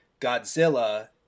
Godzilla